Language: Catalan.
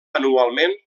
anualment